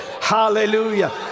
Hallelujah